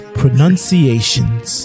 pronunciations